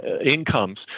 incomes